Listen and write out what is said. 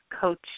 Coach